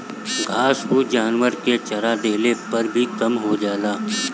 घास फूस जानवरन के चरा देहले पर भी कम हो जाला